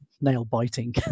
nail-biting